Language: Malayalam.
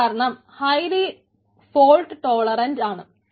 അത് കാരണം ഇത് ഹൈലി ഫോൾട്ട് ടോളറന്റ് ആണ്